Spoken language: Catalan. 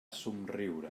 somriure